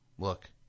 Look